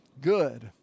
good